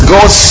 God